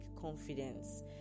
confidence